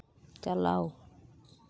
ᱪᱟᱞᱟᱣ